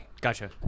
Gotcha